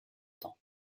temps